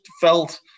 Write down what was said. felt